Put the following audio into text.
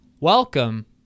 Welcome